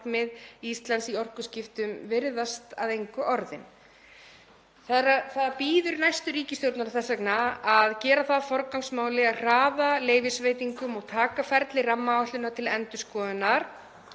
Íslands í orkuskiptum virðist að engu orðin. Það bíður næstu ríkisstjórnar að gera það að forgangsmáli að hraða leyfisveitingum og taka ferli rammaáætlunar til endurskoðunar